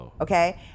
okay